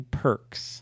perks